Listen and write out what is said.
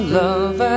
love